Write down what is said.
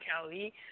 Kelly